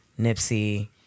Nipsey